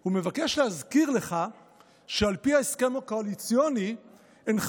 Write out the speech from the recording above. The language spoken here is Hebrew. "הוא מבקש להזכיר לך שעל פי ההסכם הקואליציוני אינך